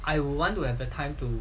I would want to have the time to